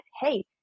Hey